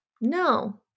no